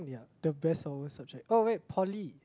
the best or worst subject oh wait poly